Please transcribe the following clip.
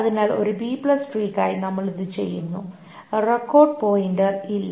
അതിനാൽ ഒരു ബി ട്രീയ്ക്കായി നമ്മൾ ഇത് ചെയ്യുന്നു റെക്കോർഡ് പോയിന്റർ ഇല്ല